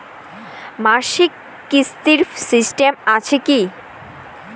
মাসিক কিস্তির সিস্টেম আছে কি?